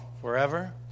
forever